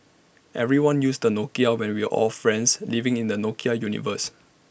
everybody used A Nokia and we were all friends living in the Nokia universe